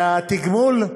והתגמול,